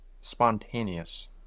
spontaneous